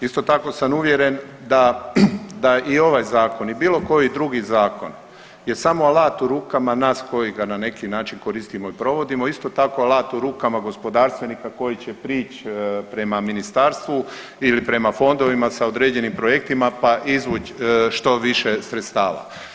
Isto tako sam uvjeren da i ovaj Zakon i bilo koji drugi zakon je samo alat u rukama nas koji ga na neki način koristimo i provodimo, isto tako, alat u rukama gospodarstvenika koji će prići prema ministarstvu ili prema fondovima sa određenim projektima pa izvući što više sredstava.